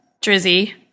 Drizzy